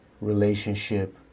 relationship